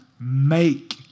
make